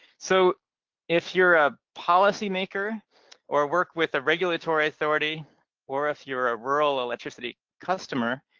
so if you're a policymaker or work with a regulatory authority or if you're a rural electricity customer